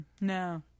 No